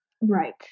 Right